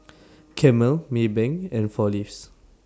Camel Maybank and four Leaves